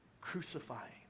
crucifying